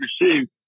received